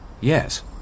Yes